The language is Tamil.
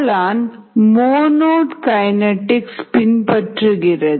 காளான் மோனோட் கைநெட்டிக்ஸ் பின்பற்றுகிறது